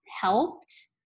helped